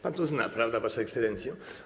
Pan to zna, prawda, Wasza Ekscelencjo.